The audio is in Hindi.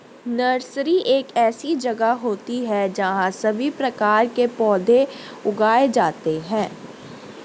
नर्सरी एक ऐसी जगह होती है जहां सभी प्रकार के पौधे उगाए जाते हैं